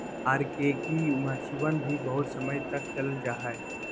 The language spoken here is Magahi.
आर.के की मक्षिणवन भी बहुत समय तक चल जाहई